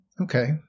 Okay